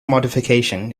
modification